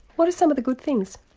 what are some of the good things?